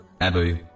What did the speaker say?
Abu